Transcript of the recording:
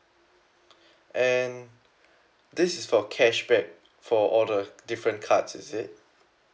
and this is for cashback for all the different cards is it